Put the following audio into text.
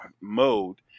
mode